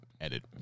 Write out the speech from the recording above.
edit